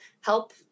help